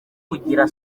kugira